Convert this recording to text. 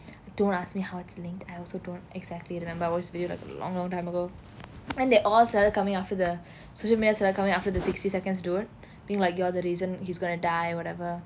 don't ask me how it's linked I also don't exactly remember I watched this video like a long long time ago then they all started coming after the social media started coming after the sixty seconds dude being like you the reason he's going to die or whatever